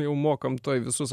jau mokam tuoj visus